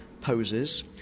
poses